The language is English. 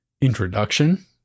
introduction